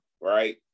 right